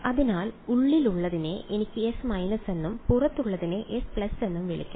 അതിനാൽ ഉള്ളിലുള്ളതിനെ എനിക്ക് S− എന്നും പുറത്തുള്ളതിനെ S എന്നും വിളിക്കാം